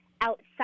outside